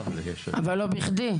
אבל לא בכדי,